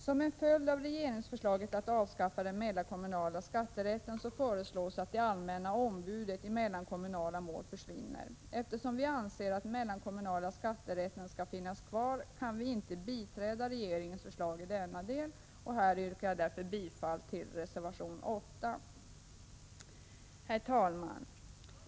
Som en följd av regeringsförslaget att avskaffa den mellankommunala skatterätten föreslås att det allmänna ombudet i mellankommunala mål försvinner. Eftersom vi anser att den mellankommunala skatterätten skall finnas kvar kan vi inte biträda regeringens förslag i denna del. Här yrkar jag bifall till reservation 8. Herr talman!